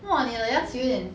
w